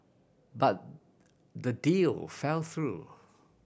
but the deal fell through